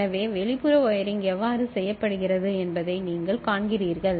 எனவே வெளிப்புற வயரிங் எவ்வாறு செய்யப்படுகிறது என்பதை நீங்கள் காண்கிறீர்கள்